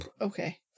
Okay